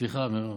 סליחה, מירב.